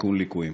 ולתיקון ליקויים.